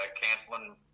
canceling